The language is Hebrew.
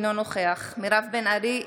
אינו נוכח מירב בן ארי,